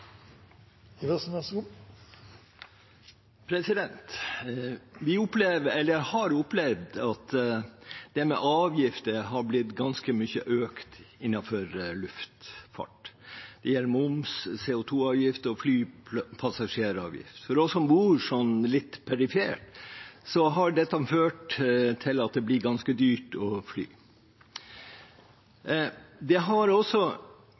Vi har opplevd at avgifter har økt ganske mye innenfor luftfart. Det gjelder moms, CO 2 -avgift og flypassasjeravgift. For oss som bor litt perifert, har det ført til at det blir ganske dyrt å fly. Det har også